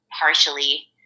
partially